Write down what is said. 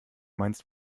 meinst